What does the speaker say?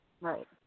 Right